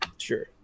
sure